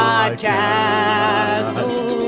Podcast